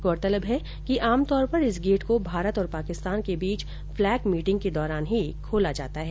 गौरतलब है कि आम तौर पर इस गेट को भारत और पाकिस्तान के बीच फ्लेग मीटिंग के दौरान ही खोला जाता है